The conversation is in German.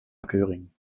göring